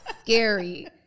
Scary